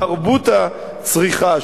תרבות הצריכה,